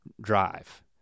drive